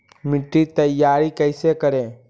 मिट्टी तैयारी कैसे करें?